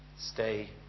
Stay